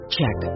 Check